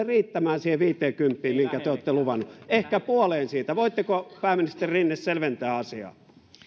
riittämään siihen viiteenkymppiin minkä te olette luvannut ehkä puoleen siitä voitteko pääministeri rinne selventää asiaa